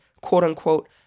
quote-unquote